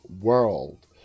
world